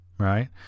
Right